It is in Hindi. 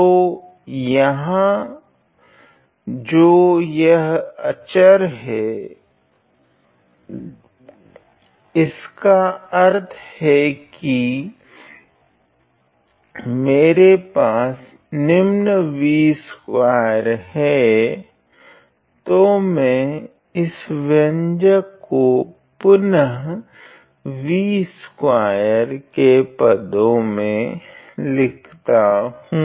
तो यहाँ जो यह अचर है इसका अर्थ है की मेरे पास निम्न v2है तो मैं इस व्यंजक को पुनः v2 के पदों में लिखता हूँ